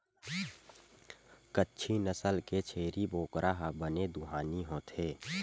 कच्छी नसल के छेरी बोकरा ह बने दुहानी होथे